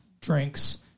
drinks